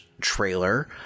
trailer